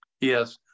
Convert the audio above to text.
Yes